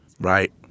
Right